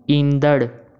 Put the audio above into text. ईंदड़ु